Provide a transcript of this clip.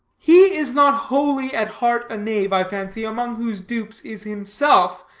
he is not wholly at heart a knave, i fancy, among whose dupes is himself.